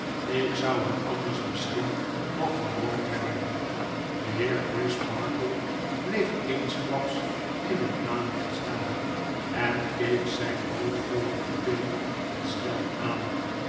ik zou hem anders misschien nog vermoord hebben de heer crisparkle bleef eensklaps in het maanlicht staan en keek zyn hoopvollen pupil ontsteld aan